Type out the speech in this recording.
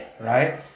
right